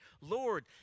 Lord